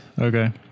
okay